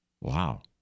Wow